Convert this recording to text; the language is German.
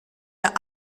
der